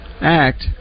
act